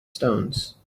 stones